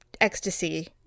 ecstasy